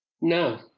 No